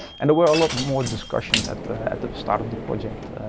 and were a lot more discussions at the at the start of the project.